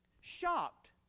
Shocked